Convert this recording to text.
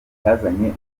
cyazanye